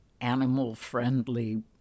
animal-friendly